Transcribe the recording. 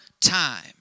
time